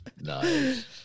Nice